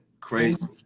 crazy